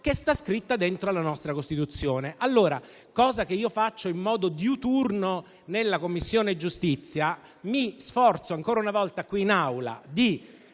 che sta scritta dentro la nostra Costituzione. Come dunque faccio in modo diuturno nella Commissione giustizia, mi sforzo ancora una volta qui in Aula di